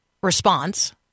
response